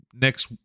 next